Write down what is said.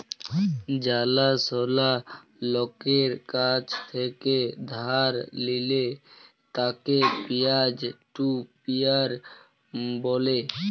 জালা সলা লকের কাছ থেক্যে ধার লিলে তাকে পিয়ার টু পিয়ার ব্যলে